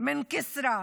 מכפר כסרא,